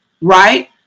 right